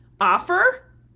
offer